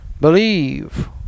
Believe